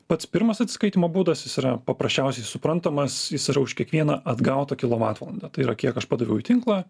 pats pirmas atsiskaitymo būdas jis yra paprasčiausiai suprantamas jis yra už kiekvieną atgautą kilovatvalandę tai yra kiek aš padaviau į tinklą